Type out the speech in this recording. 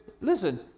Listen